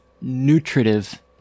Nutritive